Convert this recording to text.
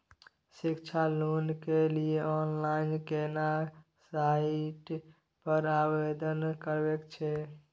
शिक्षा लोन के लिए ऑनलाइन केना साइट पर आवेदन करबैक छै?